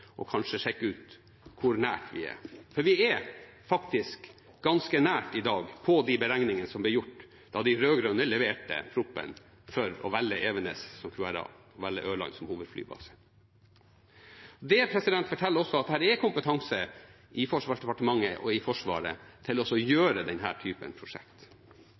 og kanskje sjekke hvor nært vi er, for vi er i dag faktisk ganske nært de beregningene som ble gjort da de rød-grønne leverte proposisjonen for å velge Evenes og Ørland som hovedflybaser. Det forteller oss også at det er kompetanse i Forsvarsdepartementet og Forsvaret til å gjennomføre denne typen